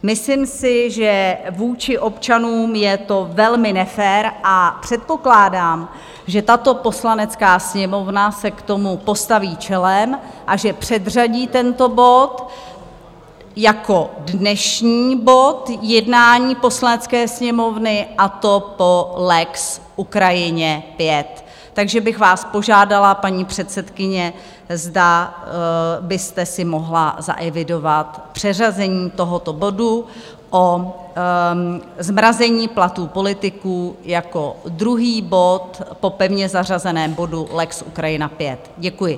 Myslím si, že vůči občanům je to velmi nefér a předpokládám, že tato Poslanecká sněmovna se k tomu postaví čelem a že předřadí tento bod jako dnešní bod jednání Poslanecké sněmovny, a to po lex Ukrajině V. Takže bych vás požádala, paní předsedkyně, zda byste si mohla zaevidovat přeřazení tohoto bodu o zmrazení platů politiků jako druhý bod po pevně zařazeném bodu lex Ukrajina V. Děkuji.